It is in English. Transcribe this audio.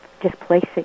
displacing